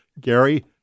Gary